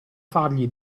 fargli